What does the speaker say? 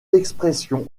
d’expression